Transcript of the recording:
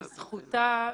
בזכותה,